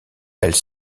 elle